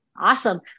Awesome